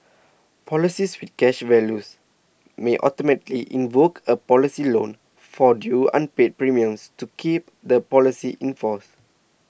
policies with cash values may automatically invoke a policy loan for due unpaid premiums to keep the policy in force